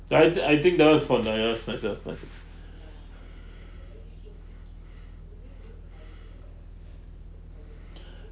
the I thi~ I think that was from the yours turn yours turn